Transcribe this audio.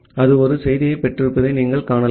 அது ஒரு செய்தியைப் பெற்றிருப்பதை நீங்கள் காணலாம்